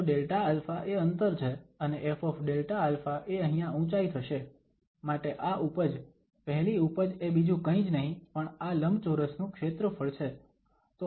તો Δα એ અંતર છે અને FΔα એ અહીંયા ઊંચાઈ થશે માટે આ ઉપજ પહેલી ઉપજ એ બીજું કઈ જ નહી પણ આ લંબચોરસનું ક્ષેત્રફળ છે